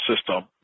system